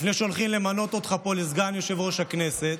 לפני שהולכים למנות אותך פה לסגן יושב-ראש הכנסת,